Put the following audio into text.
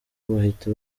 bahita